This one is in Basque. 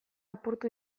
apurtu